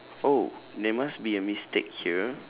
oh there must be a mistake here